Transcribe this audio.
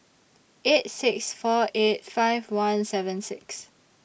eight six four eight five one seven six